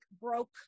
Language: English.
broke